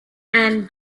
and